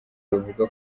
ruvuga